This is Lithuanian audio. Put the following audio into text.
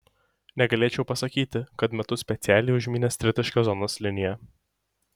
negalėčiau pasakyti kad metu specialiai užmynęs tritaškio zonos liniją